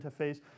interface